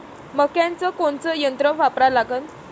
मक्याचं कोनचं यंत्र वापरा लागन?